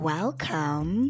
Welcome